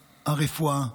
הרפואה,